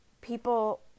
people